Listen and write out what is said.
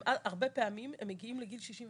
הם הרבה פעמים הם מגיעים לגיל 65,